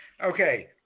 Okay